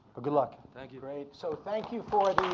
but good luck. thank you. great, so thank you for